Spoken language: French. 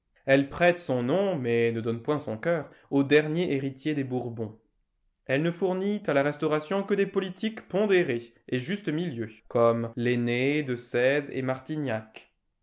elle prête son nom mais ne donne point son cœur au dernier héritier des bourbons elle ne fournit à la restauration que des politiques pondérés et juste milieu comme laine de sèze et